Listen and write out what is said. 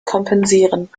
kompensieren